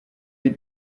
die